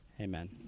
Amen